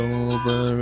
over